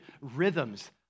Rhythms